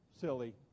silly